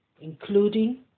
including